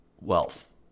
wealth